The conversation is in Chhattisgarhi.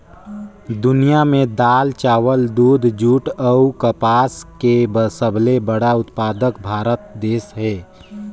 दुनिया में दाल, चावल, दूध, जूट अऊ कपास के सबले बड़ा उत्पादक भारत देश हे